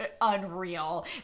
unreal